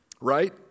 right